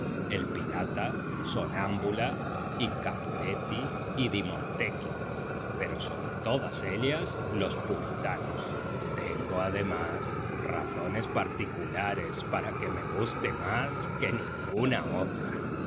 el pirata sonámbula i capuletti e di montechi pero sobre todas ellas los puritanos tengo además razones particulares para que me guste más que ninguna otra